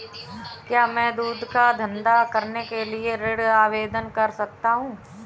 क्या मैं दूध का धंधा करने के लिए ऋण आवेदन कर सकता हूँ?